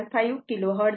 475 KHz आहे